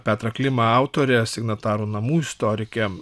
petrą klimą autorė signatarų namų istorikė